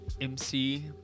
MC